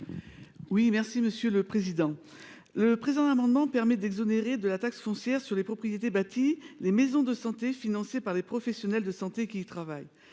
à Mme Jocelyne Guidez. Le présent amendement tend à exonérer de la taxe foncière sur les propriétés bâties les maisons de santé financées par les professionnels de santé qui y travaillent.